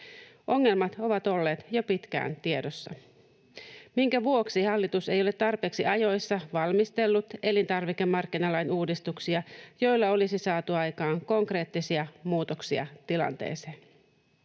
Ongelmat ovat olleet jo pitkään tiedossa. Minkä vuoksi hallitus ei ole tarpeeksi ajoissa valmistellut elintarvikemarkkinalain uudistuksia, joilla olisi saatu aikaan konkreettisia muutoksia tilanteeseen?